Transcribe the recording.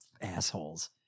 assholes